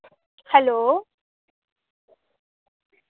hello